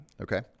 okay